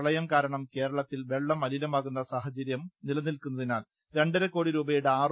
പ്രളയം കാരണം കേരളത്തിൽ വെള്ളം മലിനമാ കുന്ന സാഹചര്യം നിലനിൽക്കുന്നതിനാൽ രണ്ടര കോടി രൂപയുടെ ആർ